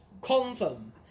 confirm